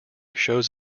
shows